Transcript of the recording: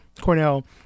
Cornell